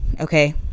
okay